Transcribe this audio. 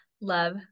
love